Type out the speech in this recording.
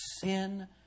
sin